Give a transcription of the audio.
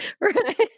right